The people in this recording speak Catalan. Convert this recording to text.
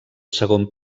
segon